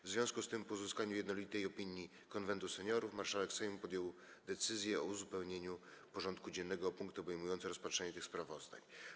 W związku z tym, po uzyskaniu jednolitej opinii Konwentu Seniorów, marszałek Sejmu podjął decyzję o uzupełnieniu porządku dziennego o punkty obejmujące rozpatrzenie tych sprawozdań.